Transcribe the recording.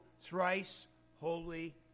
thrice-holy